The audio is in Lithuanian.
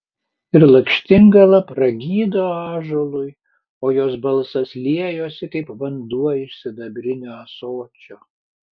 ir lakštingala pragydo ąžuolui o jos balsas liejosi kaip vanduo iš sidabrinio ąsočio